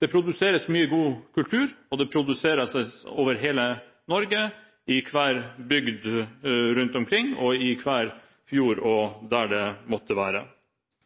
Det produseres mye god kultur, og det produseres over hele Norge, i hver bygd rundt omkring, i hver fjord og der det måtte være.